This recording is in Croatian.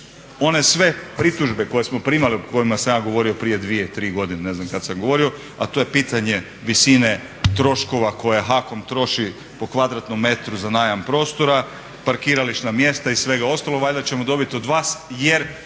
one sve pritužbe koje smo primali, o kojima sam ja govorio prije 2-3 godine, ne znam kad sam govorio, a to je pitanje visine troškova koje HAKOM troši po kvadratnom metru za najam prostora, parkirališna mjesta i svega ostalo, valjda ćemo dobit od vas jer